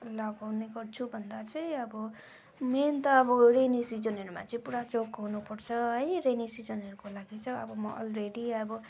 लगाउने गर्छु भन्दा चाहिँ अब मेन त अब रेनी सिजनहरूमा चाहिँ पुरा जोगाउनु पर्छ है रेनी सिजनहरूको लागि चाहिँ अब म अलरेडी अब